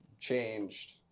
changed